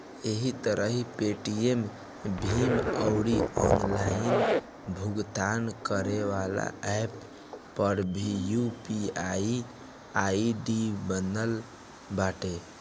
एही तरही पेटीएम, भीम अउरी ऑनलाइन भुगतान करेवाला एप्प पअ भी यू.पी.आई आई.डी बनत बाटे